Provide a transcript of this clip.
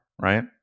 right